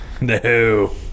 No